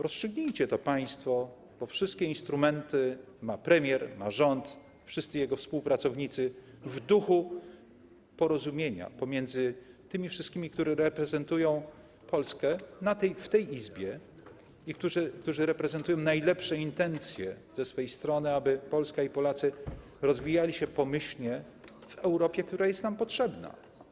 Rozstrzygnijcie to państwo, bo wszystkie instrumenty ma premier, ma rząd, wszyscy jego współpracownicy, w duchu porozumienia pomiędzy tymi wszystkimi, którzy reprezentują Polskę w tej Izbie i reprezentują najlepsze intencje, ze swej strony, aby Polska i Polacy rozwijali się pomyślnie w Europie, która jest nam potrzebna.